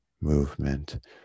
movement